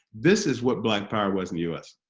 this is what black power was in the u s.